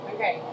Okay